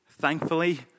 thankfully